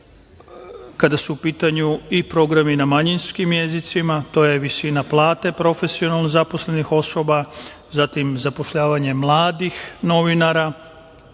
Kada su u pitanju programi na manjinskim jezicima, to je visina plate profesionalno zaposlenih osoba, zatim zapošljavanje mladih novinara